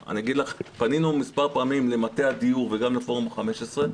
פנינו מספר פעמים למטה הדיור וגם לפורום ה-15.